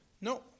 no